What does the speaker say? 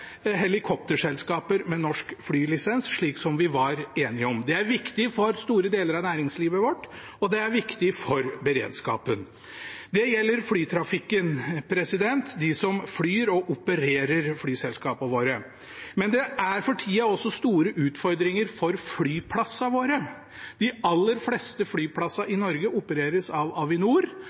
helikopterselskaper med norsk flylisens, slik vi var enige om. Det er viktig for store deler av næringslivet vårt, og det er viktig for beredskapen. Det gjelder flytrafikken, de som flyr og opererer flyselskapene våre, men det er for tida også store utfordringer for flyplassene. De aller fleste flyplassene i Norge opereres av Avinor,